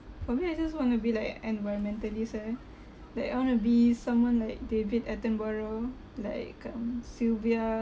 for me I just want to be like environmentalist eh like I want to be someone like david attenborough like um sylvia